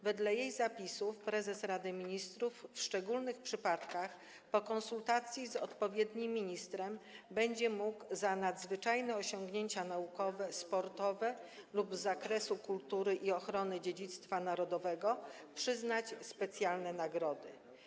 Wedle jej zapisów prezes Rady Ministrów w szczególnych przypadkach, po konsultacji z odpowiednim ministrem, będzie mógł za nadzwyczajne osiągnięcia naukowe, sportowe lub z zakresu kultury i ochrony dziedzictwa narodowego przyznać specjalne nagrody.